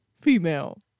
Female